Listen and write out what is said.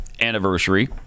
anniversary